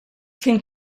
can